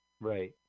Right